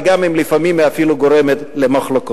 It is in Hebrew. וגם אם לפעמים היא אפילו גורמת למחלוקות.